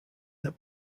that